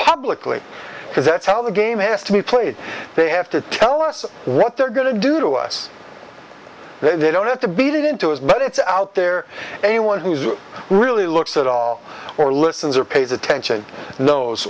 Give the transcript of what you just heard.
publicly because that's how the game has to be played they have to tell us what they're going to do to us they don't have to beat it into his but it's out there anyone who's really looks at all or listens or pays attention knows